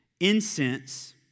Incense